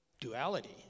duality